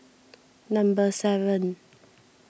number seven